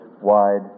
wide